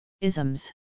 ISMS